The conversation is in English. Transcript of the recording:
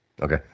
Okay